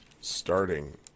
starting